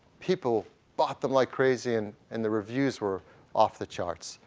people bought them like crazy and and the reviews were off the charts.